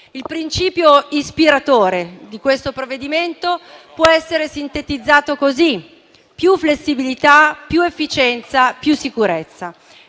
Il principio ispiratore di questo provvedimento può essere sintetizzato così: più flessibilità, più efficienza, più sicurezza.